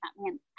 man